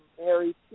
Mary